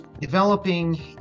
developing